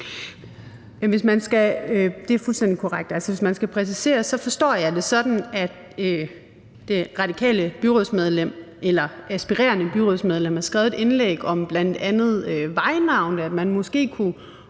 Det er fuldstændig korrekt. Hvis man skal præcisere, forstår jeg det sådan, at det radikale byrådsmedlem – eller aspirerende byrådsmedlem – har skrevet et indlæg om bl.a. vejnavne, altså at man måske også